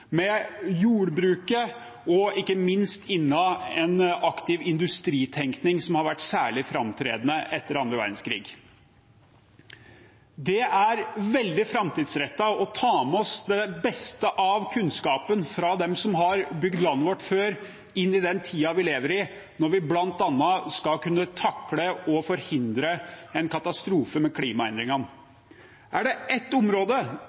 jordbruket og ikke minst en aktiv industritenkning som har vært særlig framtredende etter annen verdenskrig. Det er veldig framtidsrettet å ta med seg det beste av kunnskapen fra dem som har bygd landet vårt før, inn i den tiden vi lever i, når vi bl.a. skal kunne takle og forhindre en katastrofe med tanke på klimaendringene. Er det ett område